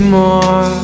more